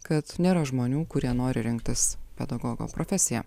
kad nėra žmonių kurie nori rinktis pedagogo profesiją